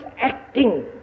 acting